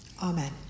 Amen